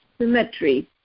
symmetry